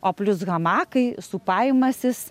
o plius hamakai sūpavimasis